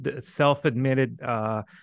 self-admitted